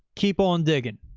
keep on digging.